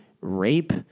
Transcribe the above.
rape